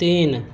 तीन